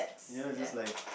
you know it's just like